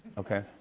okay.